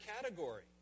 category